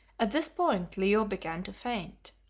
at this point leo began to faint.